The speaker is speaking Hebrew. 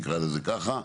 נקרא לזה ככה,